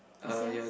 is yours